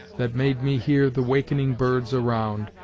that made me hear the wakening birds around,